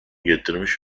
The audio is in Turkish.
getirmiş